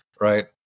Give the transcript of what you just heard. right